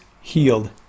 healed